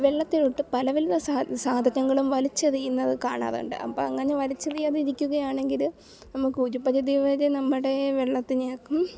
വെള്ളത്തിലോട്ട് പലപല സാധകങ്ങളും വലിച്ചെറിയുന്നത് കാണാറുണ്ട് അപ്പം അങ്ങനെ വലിച്ചെറിയാതിരിക്കുകയാണെങ്കിൽ നമുക്കൊരു പരിധി വരെ നമ്മുടെ വെള്ളത്തിലേക്കും